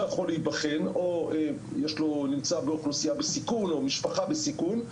יכול להיבחן או נמצא באוכלוסייה בסיכון או משפחה בסיכון,